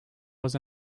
was